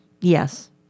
Yes